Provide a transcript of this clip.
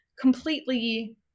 completely